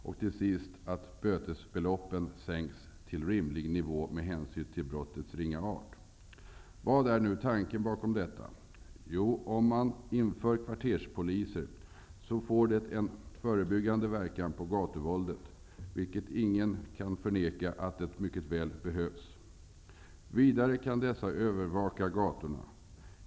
Dessutom föreslås att bötesbeloppen sänks till rimlig nivå med hänsyn till brottets ringa art. Vad är nu tanken bakom detta? Kvarterspoliser får en förebyggande verkan på gatuvåldet, vilket ingen kan förneka att det mycket väl behövs. Vidare kan dessa övervaka gatorna.